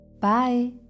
Bye